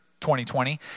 2020